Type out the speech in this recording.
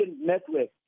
Network